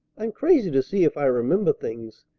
i'm crazy to see if i remember things.